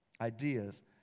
Ideas